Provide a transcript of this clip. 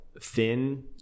thin